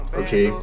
okay